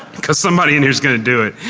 because somebody in here is going to do it.